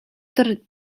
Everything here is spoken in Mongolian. өдөр